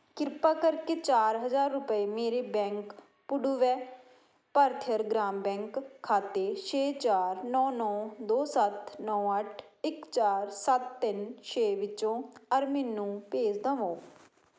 ਕ੍ਰਿਪਾ ਕਰਕੇ ਚਾਰ ਹਜ਼ਾਰ ਰੁਪਏ ਮੇਰੇ ਬੈਂਕ ਪੁਡੁਵੈ ਭਰਥਿਆਰ ਗ੍ਰਾਮ ਬੈਂਕ ਖਾਤੇ ਛੇ ਚਾਰ ਨੌ ਨੌ ਦੋ ਸੱਤ ਨੌ ਅੱਠ ਇੱਕ ਚਾਰ ਸੱਤ ਤਿੰਨ ਛੇ ਵਿੱਚੋਂ ਅਰਮਿਨ ਨੂੰ ਭੇਜ ਦੇਵੋ